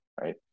right